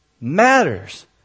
matters